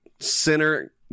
center